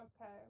Okay